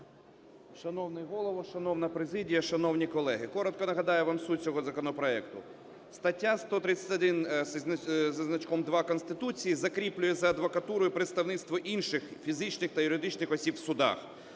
Шановний Голово, шановна президія, шановні колеги! Коротко нагадаю вам суть цього законопроекту. Стаття 131 зі значком 2 Конституції закріплює за адвокатурою представництво інших фізичних та юридичних осіб в судах.